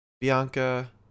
Bianca